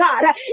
God